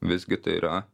visgi tai yra